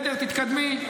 בסדר, תתקדמי.